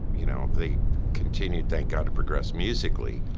you know they continued, thank god, to progress musically.